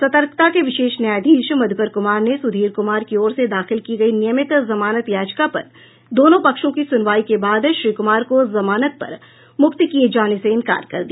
सतर्कता के विशेष न्यायाधीश मध्यकर कुमार ने सुधीर कुमार की ओर से दाखिल की गई नियमित जमानत याचिका पर दोनों पक्षों की सूनवाई के बाद श्री कुमार को जमानत पर मुक्त किये जाने से इंकार कर दिया